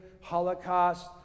Holocaust